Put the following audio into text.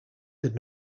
did